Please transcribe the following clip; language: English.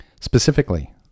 specifically